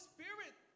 Spirit